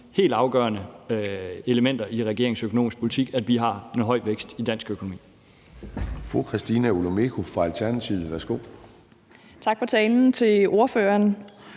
helt afgørende elementer i regeringens økonomiske politik, altså at vi har en høj vækst i dansk økonomi.